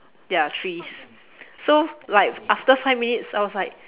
ya trees so like after five minutes I was like